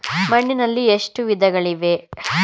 ಮಣ್ಣಿನಲ್ಲಿ ಎಷ್ಟು ವಿಧಗಳಿವೆ?